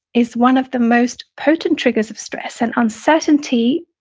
is one of the most potent triggers of stress. and uncertainty,